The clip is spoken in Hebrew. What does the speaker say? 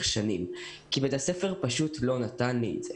שנים כי בית הספר פשוט לא נתן לי את זה.